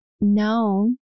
no